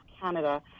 Canada